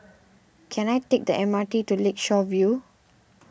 can I take the M R T to Lakeshore View